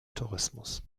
tourismus